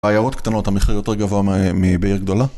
עיירות קטנות, המחיר יותר גבוה מבעיר גדולה